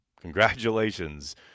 Congratulations